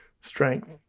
strength